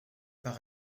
par